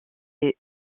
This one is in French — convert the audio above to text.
des